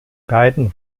beiden